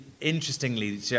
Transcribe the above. Interestingly